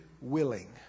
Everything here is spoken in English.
willing